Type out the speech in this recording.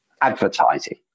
advertising